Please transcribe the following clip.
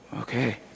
okay